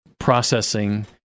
processing